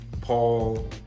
Paul